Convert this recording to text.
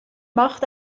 macht